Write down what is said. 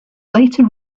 later